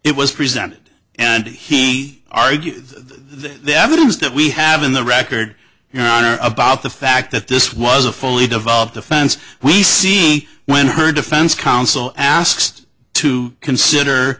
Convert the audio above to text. it was presented and he argued the evidence that we have in the record about the fact that this was a fully developed defense we see when her defense counsel asked to consider